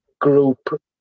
group